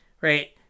Right